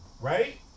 Right